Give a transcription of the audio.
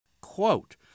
quote